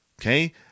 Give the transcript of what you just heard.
Okay